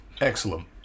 Excellent